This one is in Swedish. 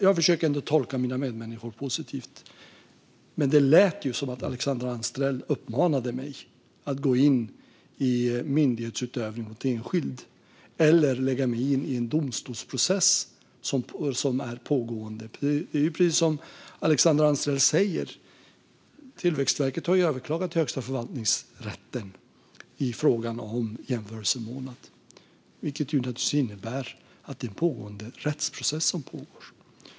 Jag försöker tolka mina medmänniskor positivt, men det lät faktiskt som om Alexandra Anstrell uppmanade mig att gå in i myndighetsutövning mot enskild eller att lägga mig i en domstolsprocess som är pågående. Precis som Alexandra Anstrell säger har ju Tillväxtverket överklagat frågan om jämförelsemånad till Högsta förvaltningsdomstolen, vilket alltså innebär att det är en rättsprocess som pågår.